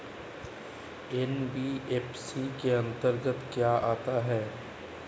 NBFC के अंतर्गत क्या आता है?